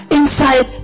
inside